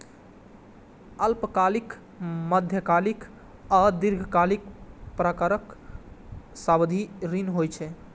अल्पकालिक, मध्यकालिक आ दीर्घकालिक प्रकारक सावधि ऋण होइ छै